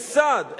כממסד,